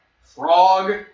frog